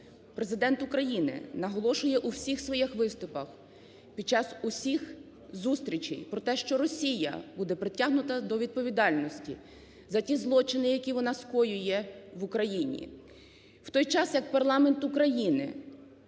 Президент України наголошує у всіх своїх виступах під час усіх зустрічей про те, що Росія буде притягнута до відповідальності за ті злочини, які вона скоює в Україні, в той час як парламент України